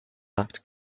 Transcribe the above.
act